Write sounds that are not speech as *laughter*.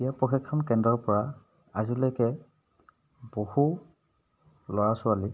*unintelligible* প্ৰশিক্ষণ কেন্দ্ৰৰ পৰা আজিলৈকে বহু ল'ৰা ছোৱালী